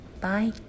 Bye